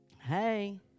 Hey